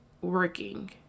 working